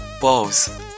balls